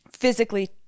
physically